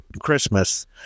christmas